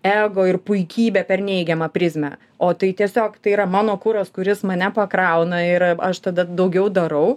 ego ir puikybė per neigiamą prizmę o tai tiesiog tai yra mano kuras kuris mane pakrauna ir aš tada daugiau darau